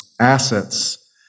assets